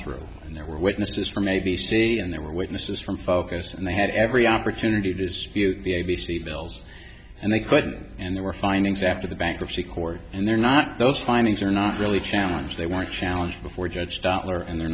through and there were witnesses from a b c and there were witnesses from focus and they had every opportunity to spew the a b c bills and they couldn't and they were findings after the bankruptcy court and they're not those findings are not really challenged they were challenged before judge doppler and they're